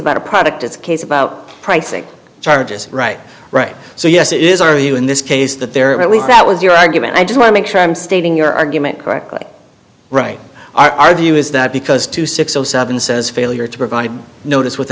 about a product it's a case about pricing charges right right so yes it is are you in this case that there are at least that was your argument i just i make sure i'm stating your argument correctly right our view is that because two six zero seven says failure to provide notice with